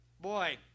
boy